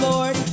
Lord